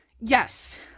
yes